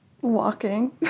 walking